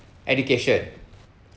education